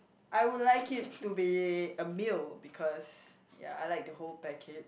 I would like it to be a meal because ya I like the whole packet